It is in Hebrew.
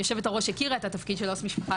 יושבת הראש הכירה את התפקיד של עו"ס משפחה,